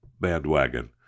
bandwagon